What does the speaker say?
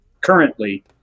currently